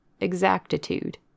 exactitude